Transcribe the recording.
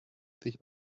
sich